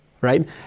right